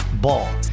Ball